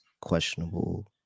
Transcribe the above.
questionable